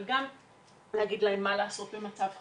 אבל גם להגיד להם מה לעשות במצב חירום,